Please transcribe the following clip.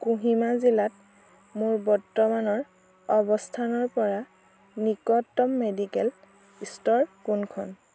কোহিমা জিলাত মোৰ বৰ্তমানৰ অৱস্থানৰ পৰা নিকটতম মেডিকেল ষ্ট'ৰ কোনখন